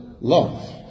love